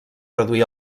reduir